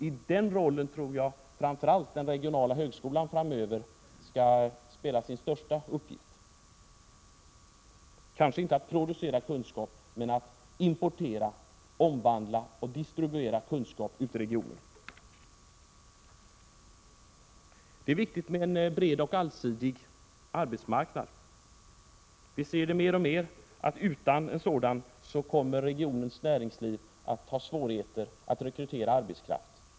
I den rollen tror jag att framför allt den regionala högskolan kommer att ha sin största uppgift framöver — kanske inte när det gäller att producera kunskap men när det gäller att importera, omvandla och distribuera kunskap ute i regionen. För det tredje är det viktigt med en bred och allsidig arbetsmarknad. Utan en sådan kommer regionens näringsliv att ha svårigheter att rekrytera arbetskraft.